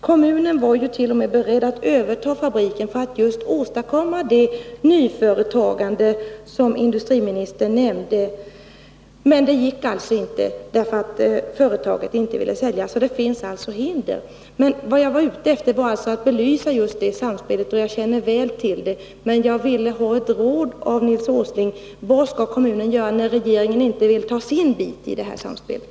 Kommunen var i det fallet t.o.m. beredd att överta fabriken för att just åstadkomma det nyföretagande som industriministern talade om, men det gick inte, eftersom företaget inte ville sälja. Det finns alltså hinder. Vad jag var ute efter var just att belysa det samspel som nämnts här. Jag känner väl till det, men jag ville ha ett råd av Nils Åsling, och min fråga var: Vad skall kommunen göra, när regeringen inte vill ta sin del av det här samspelet?